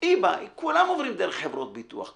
כולם עוברים דרך חברות ביטוח.